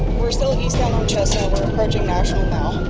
we're still eastbound on chestnut. we're approaching national now.